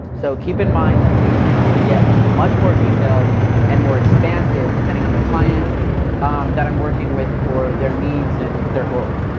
so keep in mind that these things can get much more detailed and more expansive depending on the client that i'm working with or their needs and their goals.